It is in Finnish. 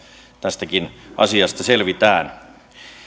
tästäkin asiasta selvitään